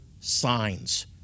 signs